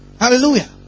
Hallelujah